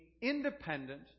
independent